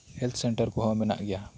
health centre ᱠᱚᱦᱚ ᱢᱮᱱᱟᱜ ᱟᱠᱟᱫ ᱜᱮᱭᱟ